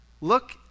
look